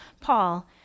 Paul